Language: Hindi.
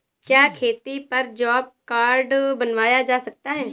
क्या खेती पर जॉब कार्ड बनवाया जा सकता है?